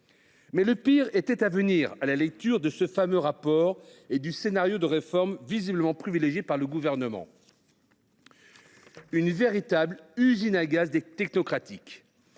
était pourtant à venir, à la lecture de ce fameux travail et du scénario de réforme visiblement privilégié par le Gouvernement : une véritable usine à gaz technocratique,